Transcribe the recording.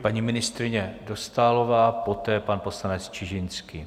Paní ministryně Dostálová, poté pan poslanec Čižinský.